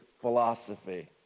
philosophy